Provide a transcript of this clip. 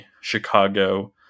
Chicago